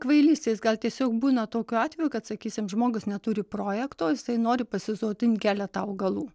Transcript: kvailystės gal tiesiog būna tokių atvejų kad sakysim žmogus neturi projekto jisai nori pasisodint keletą augalų